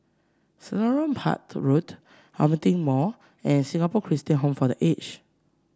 Selarang Park Road Hillion Mall and Singapore Christian Home for The Age